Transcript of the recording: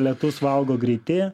lėtus valgo greiti